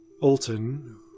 Alton